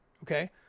Okay